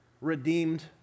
redeemed